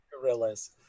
gorillas